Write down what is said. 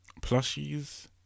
plushies